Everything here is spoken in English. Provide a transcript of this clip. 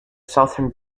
southern